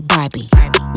Barbie